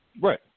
Right